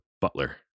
butler